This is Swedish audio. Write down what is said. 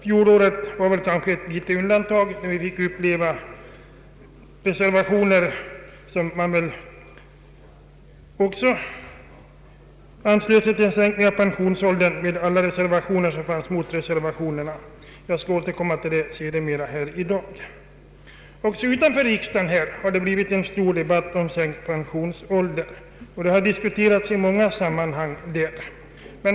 Fjolåret var ett litet undantag. Vi fick då uppleva reservationer som också anslöt sig till en sänkning av pensionsåldern — med alla reservationer som fanns mot reservationerna. Jag skall senare återkomma till detta. Även utanför riksdagen har det uppstått en stor debatt om sänkt pensionsålder. Frågan har diskuterats i många sammanhang.